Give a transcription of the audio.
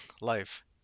life